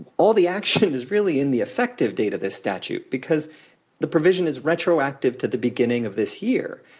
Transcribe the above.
all the action is really in the effective date of this statute, because the provision is retroactive to the beginning of this year.